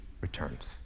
returns